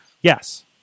Yes